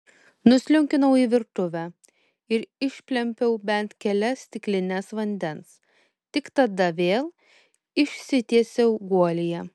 nusliūkinau į virtuvę ir išplempiau bent kelias stiklines vandens tik tada vėl išsitiesiau guolyje